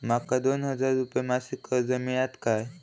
माका दोन हजार रुपये मासिक कर्ज मिळात काय?